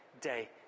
day